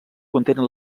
contenen